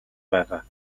байгаа